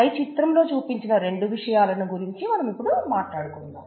పై చిత్రంలో చూపించిన రెండు విషయాలను గురించి మనం ఇపుడు మాట్లాడుకుందాం